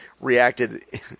reacted